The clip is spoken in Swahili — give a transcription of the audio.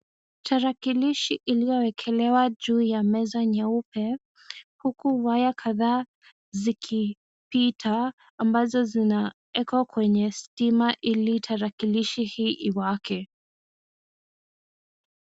Tarakilishi ilio ekelewa juu ya meza nyeupe huku raya Kadha zikipita ambazo zinawekwa kwenye stima ili tarakilishi hii iwake.